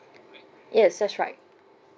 yes that's right